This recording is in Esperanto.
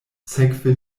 sekve